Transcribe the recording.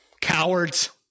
Cowards